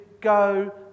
go